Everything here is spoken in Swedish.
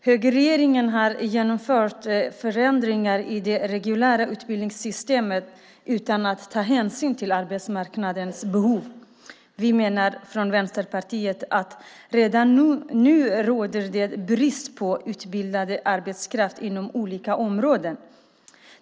Högerregeringen har genomfört förändringar i det reguljära utbildningssystemet utan att ta hänsyn till arbetsmarknadens behov. Vi i Vänsterpartiet menar att det redan nu råder brist på utbildad arbetskraft på olika områden.